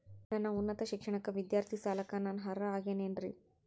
ನನ್ನ ಉನ್ನತ ಶಿಕ್ಷಣಕ್ಕ ವಿದ್ಯಾರ್ಥಿ ಸಾಲಕ್ಕ ನಾ ಅರ್ಹ ಆಗೇನೇನರಿ?